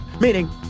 meaning